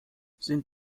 sind